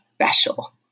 special